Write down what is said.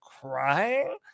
crying